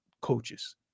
coaches